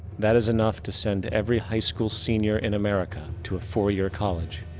that is enough to send every high school senior in america to a four year college.